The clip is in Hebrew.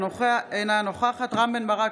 אינה נוכחת רם בן ברק,